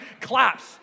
claps